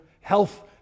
health